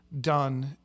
done